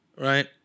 right